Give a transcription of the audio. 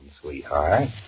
sweetheart